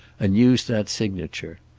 and use that signature.